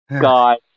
God